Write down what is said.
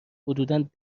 حدود